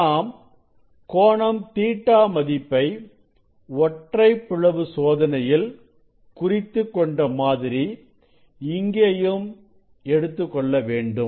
நாம் கோணம் Ɵ மதிப்பை ஒற்றைப் பிளவு சோதனையில் குறித்துக் கொண்ட மாதிரி இங்கேயும் எடுத்துக்கொள்ள வேண்டும்